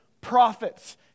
prophets